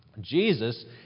Jesus